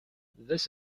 this